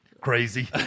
crazy